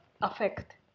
affect